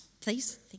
Please